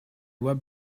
web